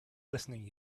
listening